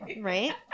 right